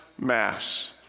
mass